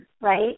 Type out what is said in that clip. right